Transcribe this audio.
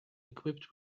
equipped